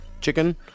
chicken